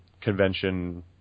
convention